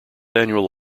annual